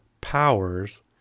powers